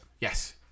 Yes